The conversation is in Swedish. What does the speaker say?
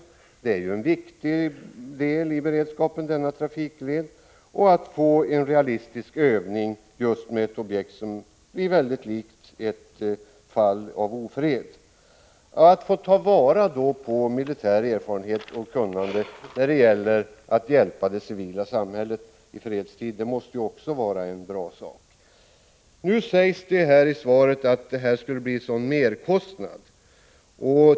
Denna trafikled är ju en viktig del av beredskapen. Vi kan få en realistisk övning med ett objekt som blir mycket likt ett fall av ofred. Vi kan få ta del av militär erfarenhet och militärt kunnande när det gäller att hjälpa det civila samhället i fredstid. Det måste också vara en bra sak. I svaret sägs att det skulle bli en sådan merkostnad.